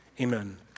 Amen